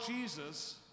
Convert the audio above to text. Jesus